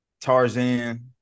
Tarzan